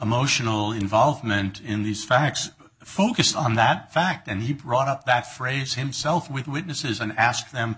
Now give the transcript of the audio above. emotional involvement in these facts focused on that fact and he brought up that phrase himself with witnesses and asked them